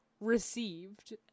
received